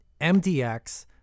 MDX